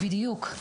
בדיוק,